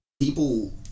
people